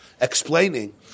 explaining